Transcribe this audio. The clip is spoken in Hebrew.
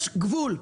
יש גבול.